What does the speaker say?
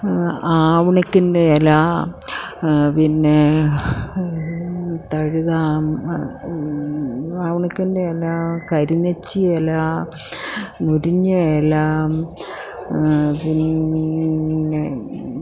ആവണക്കണ്ണൻ്റെ ഇല പിന്നെ ആവണക്കണ്ണൻ്റെ ഇല കരിന്നെച്ചി ഇല മുരിങ്ങ ഇല പിന്നെ